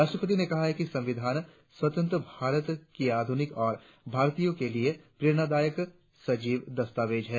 राष्ट्रपति ने कहा कि संविधान स्वतंत्र भारत का आधुनिक और भारतीयों के लिए प्रेरणादायिक सजीव दस्तावेज है